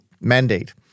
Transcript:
mandate